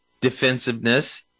defensiveness